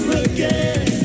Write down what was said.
again